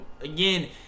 again